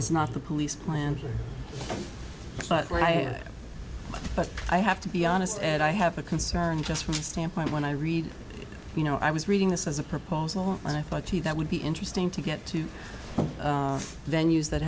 is not the police plan but what i but i have to be honest and i have a concern just from the standpoint when i read you know i was reading this as a proposal and i thought gee that would be interesting to get to then use that